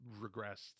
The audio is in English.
regressed